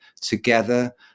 together